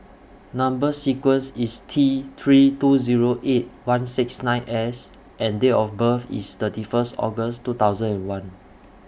Number sequence IS T three two Zero eight one six nine S and Date of birth IS thirty First August two thousand and one